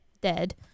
dead